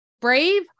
brave